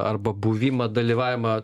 arba buvimą dalyvavimą